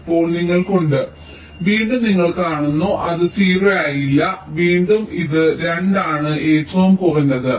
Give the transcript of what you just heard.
ഇപ്പോൾ നിങ്ങൾക്ക് ഉണ്ട് വീണ്ടും നിങ്ങൾ കാണുന്നു അത് 0 ആയില്ല വീണ്ടും ഇത് 2 ആണ് ഏറ്റവും കുറഞ്ഞത്